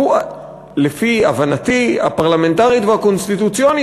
שלפי הבנתי הפרלמנטרית והקונסטיטוציונית,